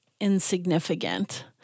insignificant